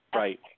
right